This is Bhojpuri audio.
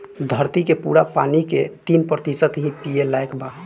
धरती के पूरा पानी के तीन प्रतिशत ही पिए लायक बा